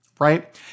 right